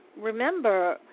remember